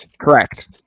correct